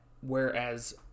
whereas